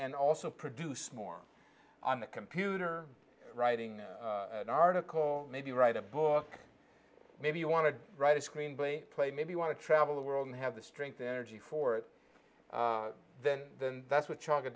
and also produce more on the computer writing an article maybe write a book maybe you want to write a screenplay play maybe want to travel the world and have the strength energy for it and that's what chunk it